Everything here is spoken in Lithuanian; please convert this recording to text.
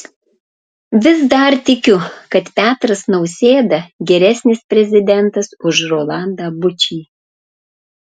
vis dar tikiu kad petras nausėda geresnis prezidentas už rolandą bučį